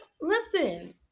listen